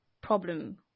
problem